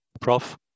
Prof